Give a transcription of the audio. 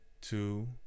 two